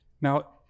Now